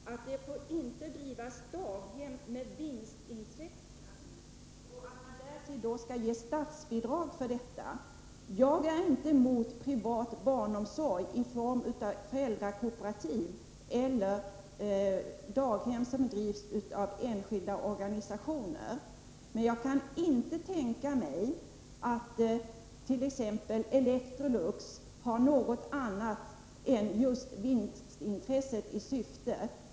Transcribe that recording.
Herr talman! Vad jag har anfört är att det inte får drivas daghem med vinstintressen, och det får inte heller förekomma att man därtill ger statsbidrag till det. Jag är inte emot privat barnomsorg i form av föräldrakooperativ eller daghem som drivs av enskilda organisationer. Men jag kan inte tänka mig att t.ex. Electrolux har något annat syfte än just vinstintresset.